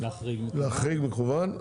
להחריג מקוון.